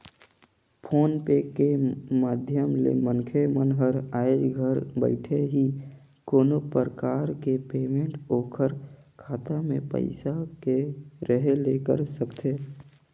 phone पे के माधियम ले मनखे मन हर आयज घर बइठे ही कोनो परकार के पेमेंट ओखर खाता मे पइसा के रहें ले कर सकथे